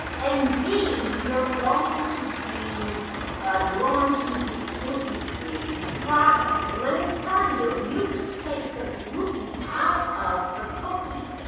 and b, you're going to be drawn to these gluten free products. and let me tell you, you can take the gluten out of the cookie,